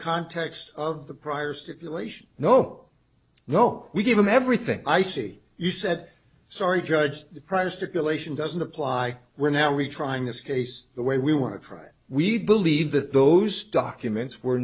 context of the prior stipulation no no we gave him everything i see you said sorry judge the price to collation doesn't apply we're now we trying this case the way we want to try it we believe that those documents were